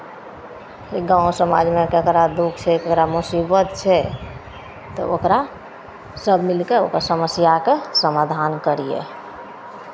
कि गाँव समाजमे ककरा दुःख छै ककरा मुसीबत छै तऽ ओकरा सभ मिलि कऽ ओकर समस्याके समाधान करियै